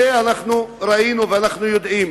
את זה ראינו ואנחנו יודעים.